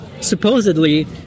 supposedly